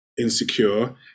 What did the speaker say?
Insecure